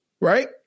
Right